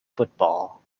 football